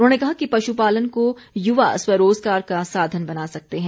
उन्होंने कहा कि पशुपालन को युवा स्वरोजगार का साधन बना सकते हैं